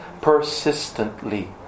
persistently